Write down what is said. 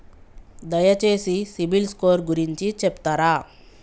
దయచేసి CIBIL score గురించి చెప్తరా?